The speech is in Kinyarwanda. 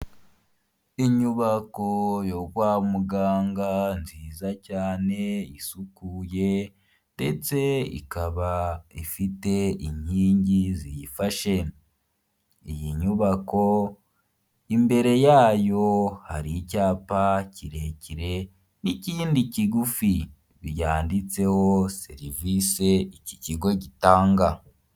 Inyubako yo kwa muganga nziza cyane isukuye ndetse ikaba ifite inkingi ziyifashe. Iyi nyubako imbere yayo hari icyapa kirekire n'ikindi kigufi byanditseho serivise iki kigo gitanga.